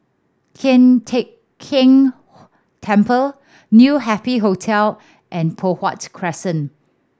Tian Teck Keng Temple New Happy Hotel and Poh Huat Crescent